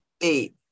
eight